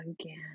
Again